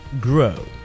grow